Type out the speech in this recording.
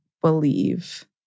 believe